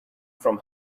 from